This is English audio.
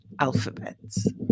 alphabets